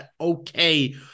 okay